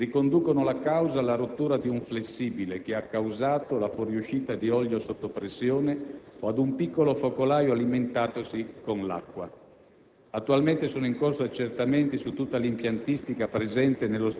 «come un'onda di fuoco che si è rovesciata sui lavoratori», riconducono la causa alla rottura di un flessibile che ha causato la fuoriuscita di olio sotto pressione o ad un piccolo focolaio alimentatosi con l'acqua.